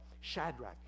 Shadrach